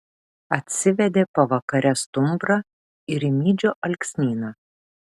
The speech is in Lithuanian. atsivedė pavakare stumbrą į rimydžio alksnyną